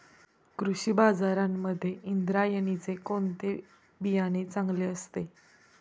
कृषी बाजारांमध्ये इंद्रायणीचे कोणते बियाणे चांगले असते?